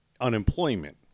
unemployment